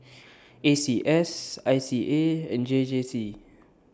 A C S I C A and J J C